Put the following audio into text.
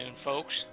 Folks